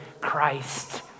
Christ